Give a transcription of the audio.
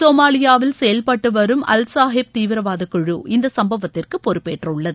சோமாலியாவில் செயல்பட்டு வரும் அல் சாகேப் தீவிரவாத குழு இந்த சும்பவத்திற்கு பொறுப்பேற்றுள்ளது